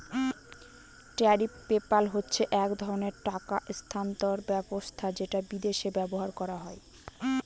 tariff PayPal হচ্ছে এক ধরনের টাকা স্থানান্তর ব্যবস্থা যেটা বিদেশে ব্যবহার করা হয়